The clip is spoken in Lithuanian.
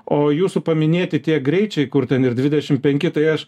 o jūsų paminėti tie greičiai kur ten ir dvidešim penki tai aš